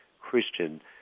Christian